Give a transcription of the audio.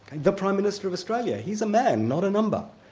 the prime minister of australia, he's a man not a number.